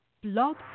Blog